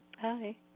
Hi